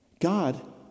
God